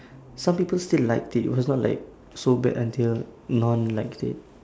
some people still liked it it was not like so bad until no one liked it